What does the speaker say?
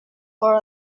for